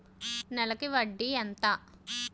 నెలకి వడ్డీ ఎంత?